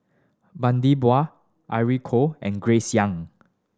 Bani Buang Irene Khong and Grace Young